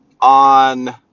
on